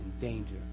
danger